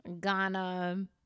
Ghana